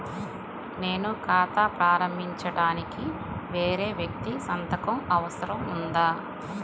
నేను ఖాతా ప్రారంభించటానికి వేరే వ్యక్తి సంతకం అవసరం ఉందా?